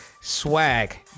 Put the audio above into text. swag